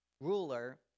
ruler